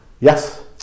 Yes